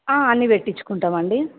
అన్నీపెట్టించుకుంటాం అండి